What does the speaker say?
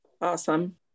Awesome